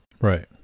right